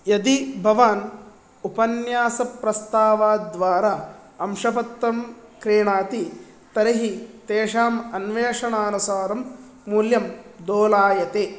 यदि भवान् उपन्यासप्रस्तावद्वारा अंशपत्रं क्रीणाति तर्हि तेषाम् अन्वेषणानुसारं मूल्यं दोलायते